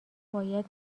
باید